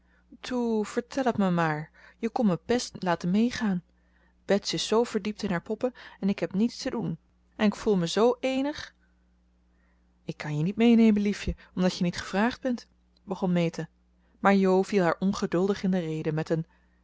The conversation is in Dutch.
toe vertel het me maar je kon me best laten meegaan bets is zoo verdiept in haar poppen en ik heb niks te doen en k voel me z eenig ik kan je niet meenemen liefje omdat je niet gevraagd bent begon meta maar jo viel haar ongeduldig in de rede met een